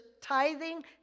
tithing